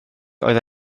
oedd